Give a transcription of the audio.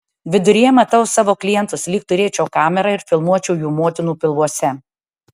viduryje matau savo klientus lyg turėčiau kamerą ir filmuočiau jų motinų pilvuose